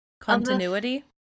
Continuity